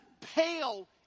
pale